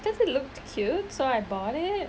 because it looked cute so I bought it